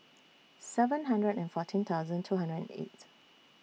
seven hundred and fourteen thousand two hundred and eight